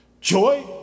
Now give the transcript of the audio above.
joy